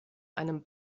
einem